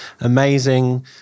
amazing